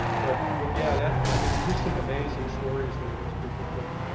but, but, yeah, that i mean there's just some amazing stories there. these people to,